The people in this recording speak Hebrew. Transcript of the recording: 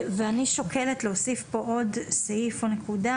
ואני שוקלת להוסיף פה עוד סעיף או נקודה